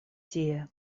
tie